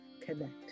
connect